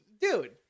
Dude